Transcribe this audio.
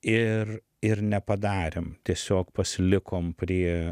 ir ir nepadarėm tiesiog pasilikom prie